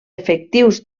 efectius